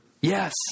Yes